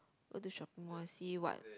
go to shopping mall see what